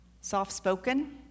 soft-spoken